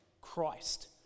Christ